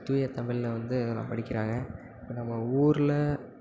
தூய தமிழில் வந்து இதெல்லாம் படிக்கிறாங்க இப்போ நம்ம ஊரில்